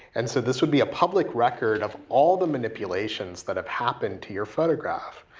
and so this would be a public record of all the manipulations that have happened to your photograph,